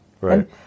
Right